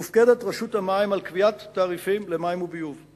מופקדת רשות המים על קביעת תעריפים למים וביוב.